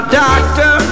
doctor